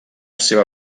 seva